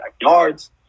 yards